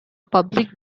public